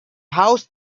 housed